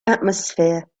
atmosphere